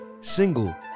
single